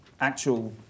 actual